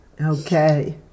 Okay